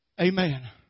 Amen